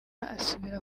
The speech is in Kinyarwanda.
asubira